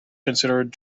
considered